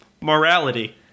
Morality